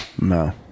No